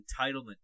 entitlement